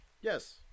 Yes